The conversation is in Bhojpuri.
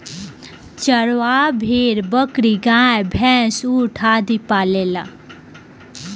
चरवाह भेड़, बकरी, गाय, भैन्स, ऊंट आदि पालेले